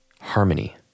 harmony